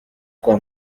kwa